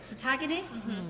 protagonist